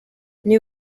niyo